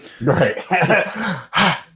Right